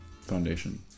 Foundation